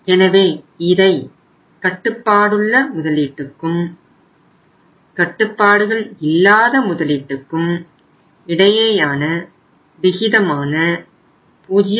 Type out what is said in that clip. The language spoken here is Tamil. எனவே இதை கட்டுப்பாடுள்ள முதலீட்டுக்கும் கட்டுப்பாடுகள் இல்லாத முதலீட்டுக்கும் இடையேயான விகிதமான 0